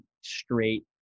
straight